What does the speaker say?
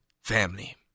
family